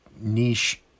niche